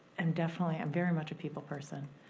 am definitely, i'm very much a people person.